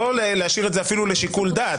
לא להשאיר את זה אפילו לשיקול דעת.